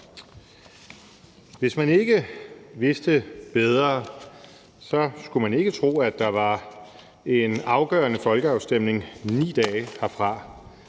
Hvis man ikke vidste bedre, skulle man ikke tro, at der var en afgørende folkeafstemning 9 dage herfra.